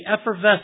effervescent